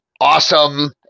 awesome